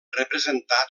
representat